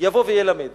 יבוא וילמד